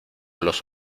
los